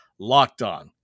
LockedOn